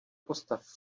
postav